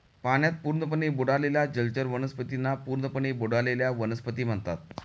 पाण्यात पूर्णपणे बुडालेल्या जलचर वनस्पतींना पूर्णपणे बुडलेल्या वनस्पती म्हणतात